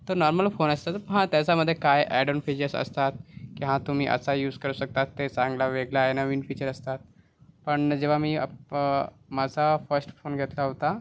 तो normal phone असता तर हां त्याच्यामध्ये काय ॲडनफेजेस असतात की हा तुम्ही असा यूस करू शकता ते सगळं वेगळं आहे नवीन फीचर असतात पण जेव्हा मी पण माझा फस्ट फोन घेतला होता